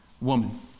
woman